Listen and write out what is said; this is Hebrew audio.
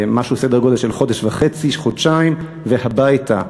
משהו, סדר גודל של חודש וחצי, חודשיים, והביתה.